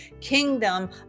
kingdom